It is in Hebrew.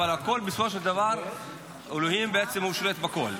אבל בסופו של דבר האלוהים שולט בכול,